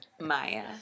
Maya